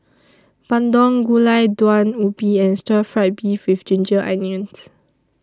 Bandung Gulai Daun Ubi and Stir Fried Beef with Ginger Onions